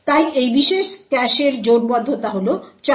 তাই এই বিশেষ ক্যাশের জোটবদ্ধতা হল চার